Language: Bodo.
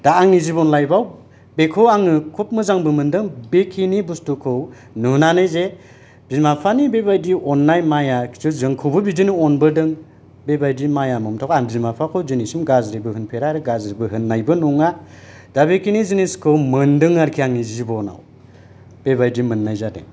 दा आंनि जिबन लाइपआव बेखौ आङो खुब मोजांबो मोन्दों बेखिनि बुस्तुखौ नुनानै जे बिमा बिफानि बेबायदि अननाय माया किन्तु जोंखौबो बिदिनो अनबोदों बेबायदि माया ममताखौ आं बिमा बिफाखौ दिनैसिम गाज्रिबो होनफेरा आरो गाज्रिबो होननायबो नङा दा बेखिनि जिनिसखौ मोन्दों आरोखि आंनि जिबनाव बेबायदि मोननाय जादों